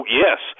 yes